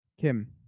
Kim